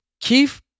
Keith